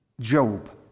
Job